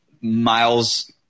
Miles